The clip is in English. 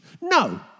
No